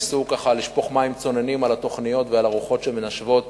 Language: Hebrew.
ניסו לשפוך מים צוננים על התוכניות ועל הרוחות שמנשבות